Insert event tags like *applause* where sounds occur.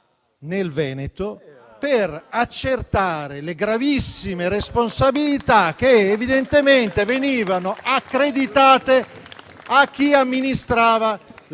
in Veneto per accertare le gravissime responsabilità *applause* che evidentemente venivano accreditate a chi amministrava la